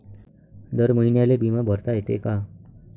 दर महिन्याले बिमा भरता येते का?